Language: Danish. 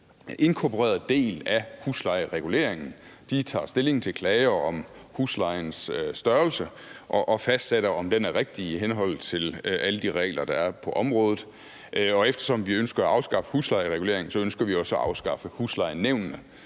en inkorporeret del af huslejereguleringen. De tager stilling til klager om huslejens størrelse og fastsætter, om den er rigtig i henhold til alle de regler, der er på området. Eftersom vi ønsker at afskaffe huslejereguleringen, ønsker vi også at afskaffe huslejenævnene.